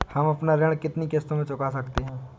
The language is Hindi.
हम अपना ऋण कितनी किश्तों में चुका सकते हैं?